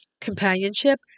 companionship